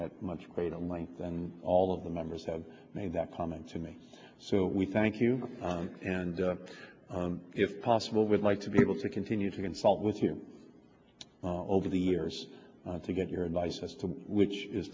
at much greater weight then all of the members have made that comment to me so we thank you and if possible would like to be able to continue to consult with you over the years to get your advice as to which is